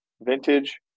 vintage